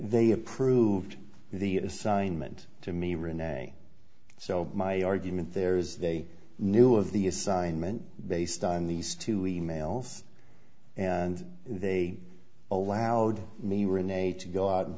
they approved the assignment to me renee so my argument there is they knew of the assignment based on these two emails and they allowed me renee to go out and